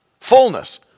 fullness